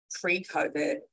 pre-COVID